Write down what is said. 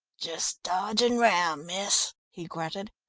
just dodging round, miss, he grunted.